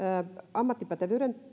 ammattipätevyyden